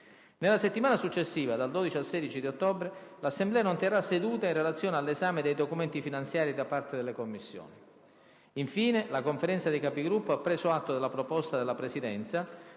Nella settimana successiva, dal 12 al 16 ottobre, l'Assemblea non terrà seduta in relazione all'esame dei documenti finanziari da parte delle Commissioni. Infine, la Conferenza dei Capigruppo ha preso atto della proposta della Presidenza